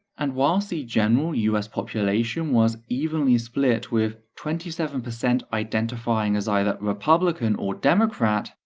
and whilst the general us population was evenly split with twenty seven percent identifying as either republican or democrat,